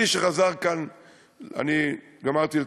גמרתי לצטט.